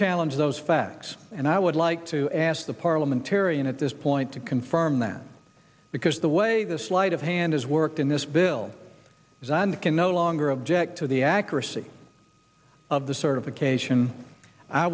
challenge those facts and i would like to ask the parliamentarian at this point to confirm that because the way the sleight of hand has worked in this bill is and can no longer object to the accuracy of the certification i